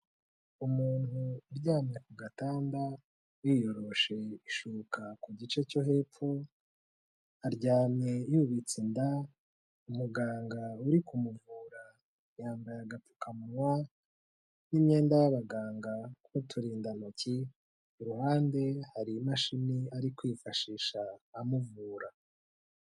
Umuntu uryamye ku gatanda yiyoroshe ishoka ku gice cyo hepfo aryamye yubitse inda, umuganga uri kumuvura yambaye agapfukamuwa n'imyenda y'abaganga n'uturindantoki, iruhande hari imashini ari kwifashisha amuvura.